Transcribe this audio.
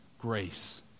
grace